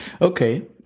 Okay